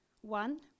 one